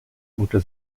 unter